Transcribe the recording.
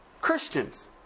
Christians